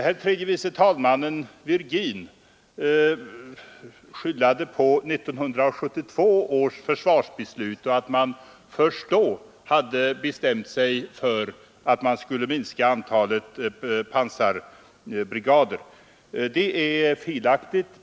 Herr tredje vice talmannen Virgin skyllde på försvarsbeslutet år 1972 och sade att man först då hade bestämt sig för att minska antalet pansarbrigader. Det är felaktigt.